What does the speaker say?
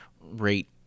Rate